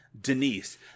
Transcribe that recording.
Denise